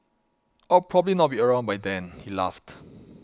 I will probably not be around by then he laughed